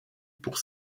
pour